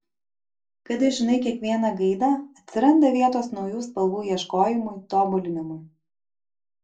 kada žinai kiekvieną gaidą atsiranda vietos naujų spalvų ieškojimui tobulinimui